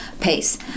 pace